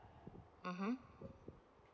mmhmm